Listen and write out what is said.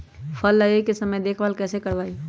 फल लगे के समय देखभाल कैसे करवाई?